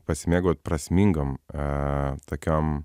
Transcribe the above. pasimėgaut prasmingom tokiom